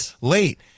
late